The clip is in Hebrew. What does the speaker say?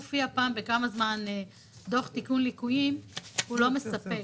זה שמופיע פעם בכמה זמן דוח תיקון ליקויים זה לא מספק.